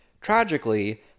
Tragically